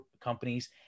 companies